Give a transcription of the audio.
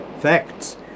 Facts